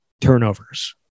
turnovers